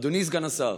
אדוני סגן השר,